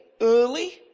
early